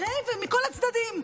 אחרי ומכל הצדדים.